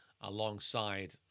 alongside